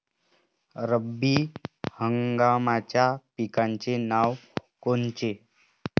रब्बी हंगामाच्या पिकाचे नावं कोनचे?